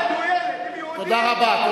ילד הוא ילד, תודה רבה.